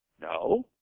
No